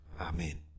Amen